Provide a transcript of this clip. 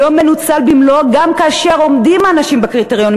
לא מנוצל במלואו גם כאשר עומדים אנשים בקריטריונים,